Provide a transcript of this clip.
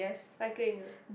cycling ah